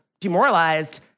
demoralized